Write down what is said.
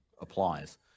applies